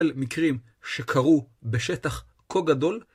על מקרים שקרו בשטח כה גדול.